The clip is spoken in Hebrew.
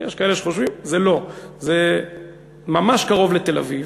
יש כאלה שחושבים, זה לא, זה ממש קרוב לתל-אביב.